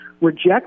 reject